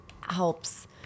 helps